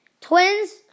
Twins